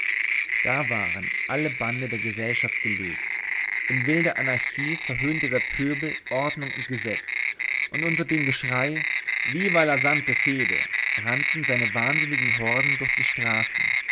da waren alle bande der gesellschaft gelöst in wilder anarchie verhöhnte der pöbel ordnung und gesetz und unter dem geschrei viva la santa fede rannten seine wahnsinnigen horden durch die straßen